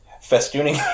festooning